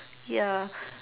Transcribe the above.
ya